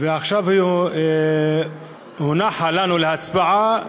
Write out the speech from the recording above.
ועכשיו היא הונחה לפנינו להצבעה,